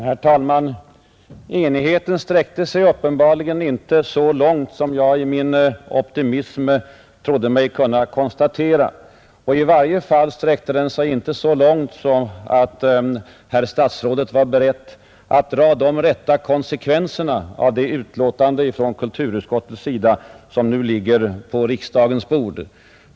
Herr talman! Enigheten sträckte sig uppenbarligen inte så långt som jag i min optimism trodde mig kunna konstatera. I varje fall räckte den inte till att låta herr statsrådet dra de rätta konsekvenserna av det utlåtande från kulturutskottet som nu ligger på riksdagens bord.